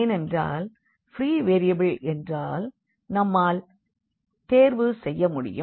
ஏனென்றால் free variable என்றால் நம்மால் தேர்வு செய்ய முடியும்